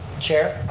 chair.